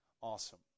awesome